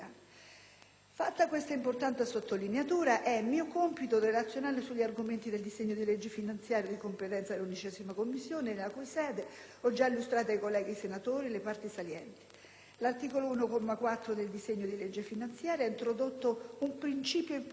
Fatta questa importante sottolineatura, è mio compito relazionare sugli argomenti del disegno di legge finanziaria 2009 di competenza dell'11a Commissione, nella cui sede ho già illustrato ai colleghi senatori le parti salienti. L'articolo 1, comma 4, del disegno di legge finanziaria ha introdotto un principio importante: